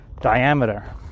diameter